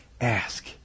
ask